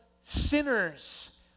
sinners